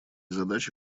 задачи